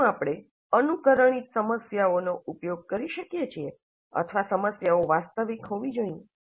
શું આપણે અનુકરણિત સમસ્યાઓનો ઉપયોગ કરી શકીએ છીએ અથવા સમસ્યાઓ વાસ્તવિક હોવી જોઈએ